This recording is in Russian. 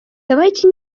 давайте